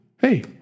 hey